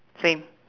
same